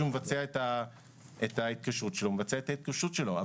מבצע את ההתקשרות שלו איפה שהוא בוחר לבצע את ההתקשרות שלו.